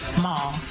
Mall